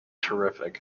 terrific